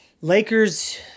Lakers